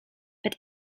but